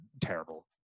terrible